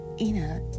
Ina